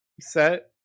set